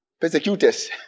persecutors